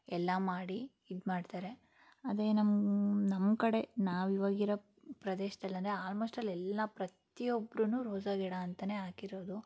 ಎಲ್ಲ ಮಾಡಿ ಇದು ಮಾಡ್ತಾರೆ ಅದೇ ನಮ್ಮ ನಮ್ಮ ಕಡೆ ನಾವಿವಾಗ ಇರೋ ಪ್ರದೇಶ್ದಲ್ಲಿ ಅಂದರೆ ಆಲ್ಮೋಸ್ಟ್ ಆಲ್ ಎಲ್ಲ ಪ್ರತಿಯೊಬ್ರೂ ರೋಸಾ ಗಿಡ ಅಂತಲೇ ಹಾಕಿರೋದು